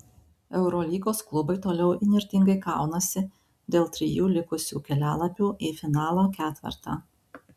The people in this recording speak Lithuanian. eurolygos klubai toliau įnirtingai kaunasi dėl trijų likusių kelialapių į finalo ketvertą